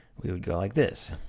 we would go like this.